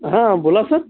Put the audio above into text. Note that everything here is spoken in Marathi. हां बोला सर